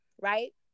right